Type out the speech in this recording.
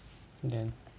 then